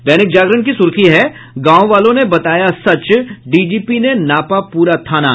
दैनिक जागरण की सुर्खी है गांव वालों ने बताया सच डीजीपी ने नापा पूरा थाना